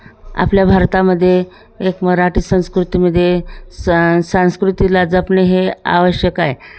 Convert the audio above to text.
आपल्या भारतामध्ये एक मराठी संस्कृतीमध्ये स संस्कृतीला जपणे हे आवश्यक आहे